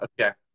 Okay